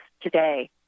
today